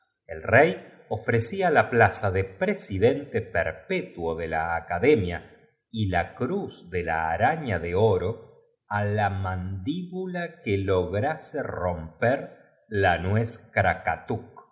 el rey ofrecía la plaza de pre se la nuez krakatuk el único artículo tidente perpetuo de la academia y la cruz obligatorio esta vez fué que los candidatos do la araña de oro á la mandíbula que doblan tener de dieciséis a veinticuatro lograse romper la